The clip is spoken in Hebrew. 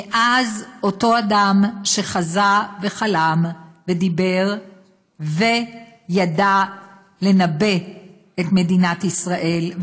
מאז אותו אדם שחזה וחלם ודיבר וידע לנבא את מדינת ישראל,